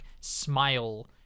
Smile